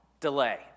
delay